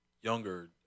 younger